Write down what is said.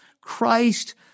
Christ